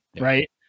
right